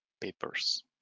papers